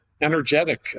energetic